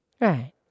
Right